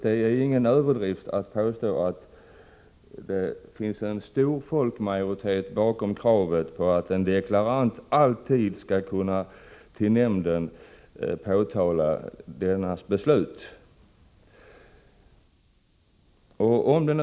Det är ingen överdrift att påstå att det finns en stor folkmajoritet bakom kravet på att en deklarant alltid direkt hos nämnden skall kunna påtala felaktigheter i dess beslut.